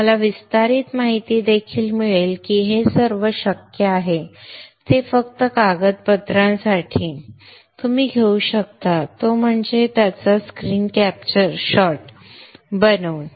तुम्हाला विस्तारित माहिती देखील मिळेल की हे सर्व शक्य आहे ते फक्त कागदपत्रांसाठी तुम्ही घेऊ शकता तो म्हणजे त्याचा स्क्रीन कॅप्चर शॉट बनवून